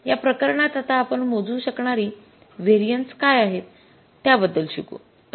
या प्रकरणात आता आपण मोजू शकणारी व्हेरिएन्सेस काय आहेत याबद्दल शिकू